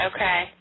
Okay